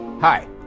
Hi